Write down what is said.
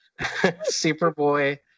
Superboy